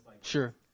Sure